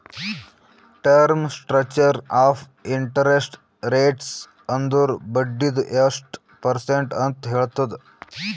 term structure of interest rates ಅಂದುರ್ ಬಡ್ಡಿದು ಎಸ್ಟ್ ಪರ್ಸೆಂಟ್ ಅಂತ್ ಹೇಳ್ತುದ್